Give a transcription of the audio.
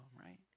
right